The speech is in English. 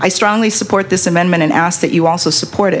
i strongly support this amendment and ask that you also support